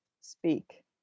speak